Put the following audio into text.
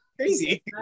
Crazy